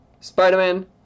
Spider-Man